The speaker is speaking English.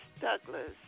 Douglas